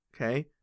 Okay